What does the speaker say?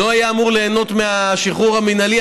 לא היה אמור ליהנות מהשחרור המינהלי,